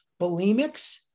bulimics